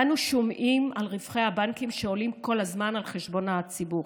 אנו שומעים על רווחי הבנקים שעולים כל הזמן על חשבון הציבור.